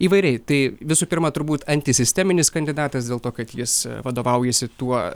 įvairiai tai visų pirma turbūt antisisteminis kandidatas dėl to kad jis vadovaujasi tuo